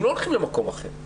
הם לא הולכים למקום אחר.